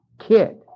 kid